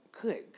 Good